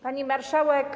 Pani Marszałek!